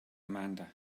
amanda